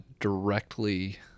directly